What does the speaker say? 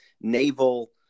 naval